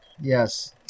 yes